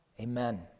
amen